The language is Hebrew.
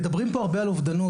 מדברים פה הרבה על אובדנות,